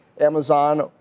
Amazon